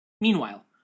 Meanwhile